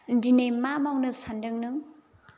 दिनै मा मावनो सान्दों नों